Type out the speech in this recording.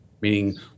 Meaning